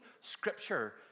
scripture